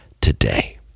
today